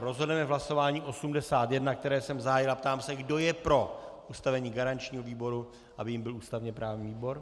Rozhodneme v hlasování 81, které jsem zahájil, a ptám se, kdo je pro ustavení garančního výboru, aby jím byl ústavněprávní výbor.